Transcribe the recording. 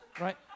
right